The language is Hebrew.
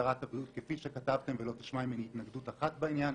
אזהרת הבריאות היא כפי שכתבתם ולא תשמע ממני התנגדות אחת בעניין,